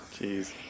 Jeez